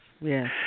yes